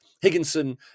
Higginson